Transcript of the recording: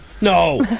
No